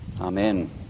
Amen